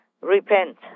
repent